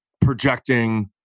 projecting